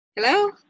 Hello